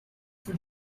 for